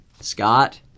Scott